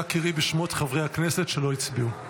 אנא קראי בשמות חברי הכנסת שלא הצביעו.